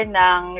ng